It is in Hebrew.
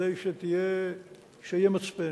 כדי שיהיה מצפן,